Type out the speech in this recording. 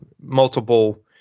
multiple